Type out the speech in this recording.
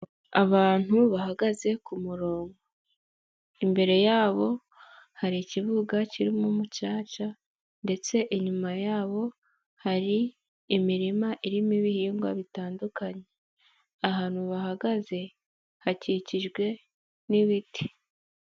Abantu bahagaze ku murongo, imbere yabo hari ikibuga kirimo umucaca ndetse inyuma yabo hari imirima irimo ibihingwa bitandukanye, ahantu bahagaze hakikijwe n'ibiti.